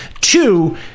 Two